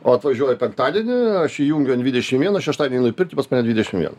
o atvažiuoju penktadienį aš įjungiu ant dvidešim vieno šeštadienį einu į pirtį pas mane dvidešim viena